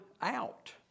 out